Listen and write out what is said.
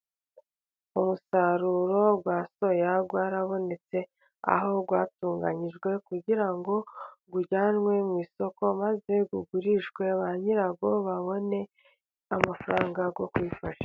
Umusaruro wa soya warabonetse. Aho rwatunganyijwe kugira ngo ujyanwe mu isoko. Maze ugurishwe ba nyirawo babone amafaranga yo kwifashisha.